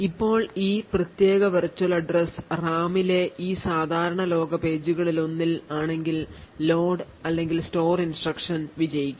ഇപ്പോൾ ഈ പ്രത്യേക virtual address RAMലെ ഈ സാധാരണ ലോക പേജുകളിലൊന്നിൽ ആണെങ്കിൽ loadstore instruction വിജയിക്കും